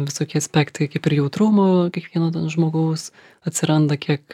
visokie aspektai kaip ir jautrumo kiekvieno žmogaus atsiranda kiek